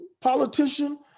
politician